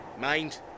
Mind